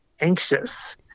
anxious